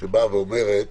שאומרת